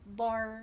bar